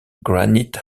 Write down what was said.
granite